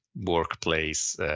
workplace